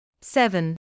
Seven